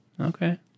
Okay